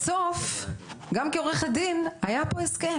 בסוף ואני אומרת את זה גם מתוקף תפקידי כעורכת דין היה פה הסכם,